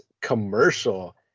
commercial